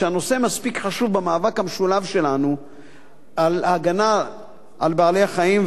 שהנושא מספיק חשוב במאבק המשולב שלנו להגנה על בעלי-החיים.